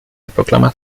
proclamata